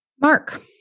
Mark